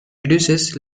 reduces